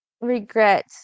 regret